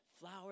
flower